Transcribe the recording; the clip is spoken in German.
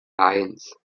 eins